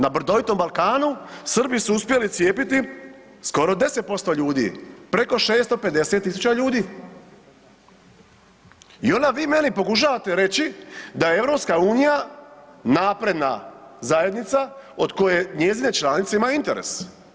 Na brdovitom Balkanu Srbi su uspjeli cijepiti skoro 10% ljudi, preko 650.000 ljudi i onda vi meni pokušavate reći da je EU napredna zajednica od koje njezine članice imaju interes.